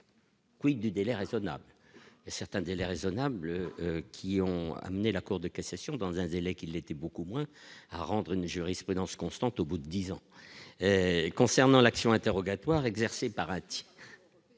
Quid des délais raisonnables, certains délais raisonnables qui ont amené la Cour de cassation, dans un délai qu'il l'était beaucoup moins à rendre une jurisprudence constante au bout de 10 ans concernant l'action interrogatoire exercée par un type